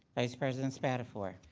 vice president spadafore.